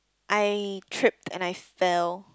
I tripped and I fell